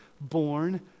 born